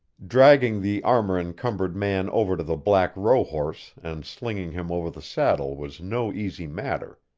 dragging the armor-encumbered man over to the black rohorse and slinging him over the saddle was no easy matter,